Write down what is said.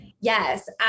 Yes